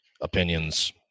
opinions